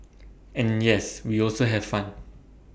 and yes we also have fun